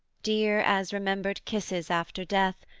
dear as remembered kisses after death,